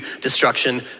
destruction